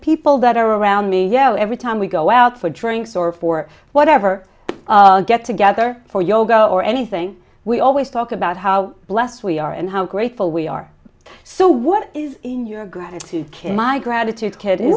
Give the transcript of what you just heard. people that are around me yell every time we go out for drinks or for whatever get together for yoga or anything we always talk about how blessed we are and how grateful we are so what is in your gratitude kit my gratitude kid